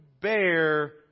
bear